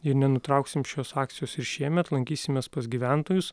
ir nenutrauksim šios akcijos ir šiemet lankysimės pas gyventojus